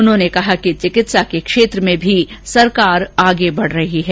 उन्होंने कहा कि चिकित्सा के क्षेत्र में भी सरकार आगे बढ रही है